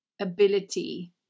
ability